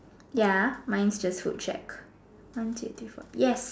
ya mine's the food check one two three four yes